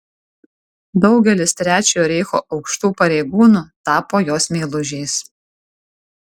daugelis trečiojo reicho aukštų pareigūnų tapo jos meilužiais